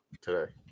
today